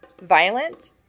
violent